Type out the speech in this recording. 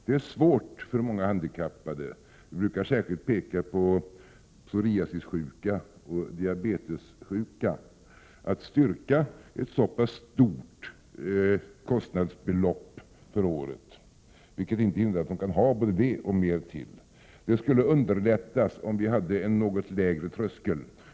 Det är svårt för många handikappade — jag brukar särskilt peka på psoriasisoch diabetessjuka — att styrka ett så pass stort belopp för årliga kostnader, vilket inte hindrar att de kan ha både det och mer därtill. Det skulle underlätta om vi hade en något lägre tröskel.